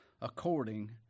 according